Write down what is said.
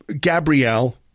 Gabrielle